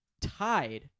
Tied